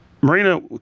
Marina